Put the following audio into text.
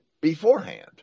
beforehand